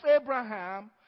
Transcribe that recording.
Abraham